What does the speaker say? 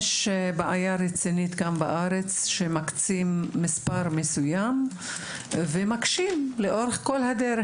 יש בעיה רצינית בארץ כשמקצים מספר מסוים ומקשים לאורך כל הדרך.